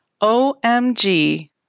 OMG